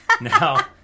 Now